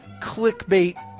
clickbait